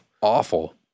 awful